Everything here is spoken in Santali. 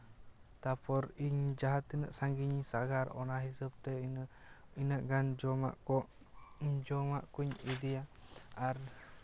ᱛᱟᱯᱚᱨ ᱤᱧ ᱡᱟᱦᱟᱸ ᱛᱤᱱᱟᱹᱜ ᱥᱟᱺᱜᱤᱧ ᱤᱧ ᱥᱟᱸᱜᱷᱟᱨ ᱚᱱᱟ ᱦᱤᱥᱟᱹᱵ ᱛᱮ ᱤᱱᱟᱹᱜ ᱜᱟᱱ ᱡᱚᱢᱟᱜ ᱠᱚ ᱡᱚᱢᱟᱜ ᱠᱩᱧ ᱤᱫᱤᱭᱟ ᱟᱨ